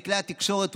בכלי התקשורת,